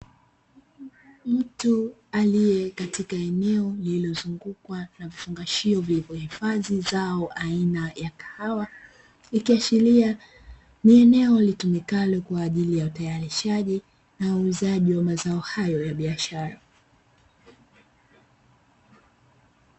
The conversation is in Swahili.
Mtu aliye katika eneo lililozungukwa na vifungashio vilivyohifadhi zao aina ya kahawa, ikiashiria ni eneo litumikalo kwa ajili ya utayarishaji na uuzaji wa mazao hayo ya biashara.